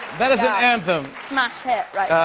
that is an anthem. smash hit